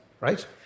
right